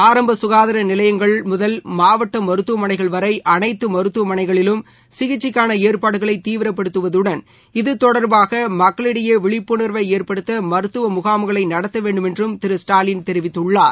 ஆரம்ப சுகாதார நிலையங்கள் முதல் மாவட்ட மருத்துவமனைகள் வரை அனைத்து மருத்துவமனைகளிலும் சிகிச்சைக்கான ஏற்பாடுகளை தீவிரப்படுத்துவதுடன் இது தொடர்பான மக்களிடைய விழிப்புணர்வை ஏற்படுத்த மருத்துவ முகாம்களை நடத்த வேண்டுமென்றும் திரு ஸ்டாலின் தெரிவித்துள்ளார்